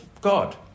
God